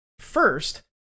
First